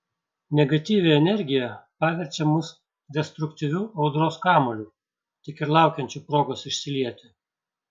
negatyvi energija paverčia mus destruktyviu audros kamuoliu tik ir laukiančiu progos išsilieti